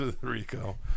Rico